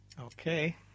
okay